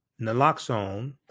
Naloxone